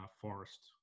forest